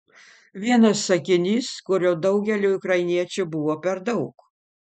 vienas sakinys kurio daugeliui ukrainiečių buvo per daug